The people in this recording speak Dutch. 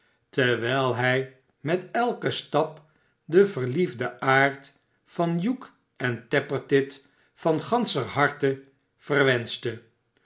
terwijl hij met elken stap den verliefden aard van hugh en tappertit van ganscher harte verwenschte